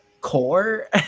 Core